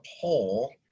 poll